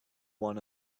one